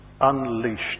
unleashed